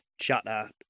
shutter